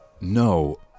No